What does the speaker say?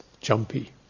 jumpy